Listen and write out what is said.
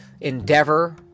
endeavor